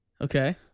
Okay